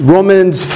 Romans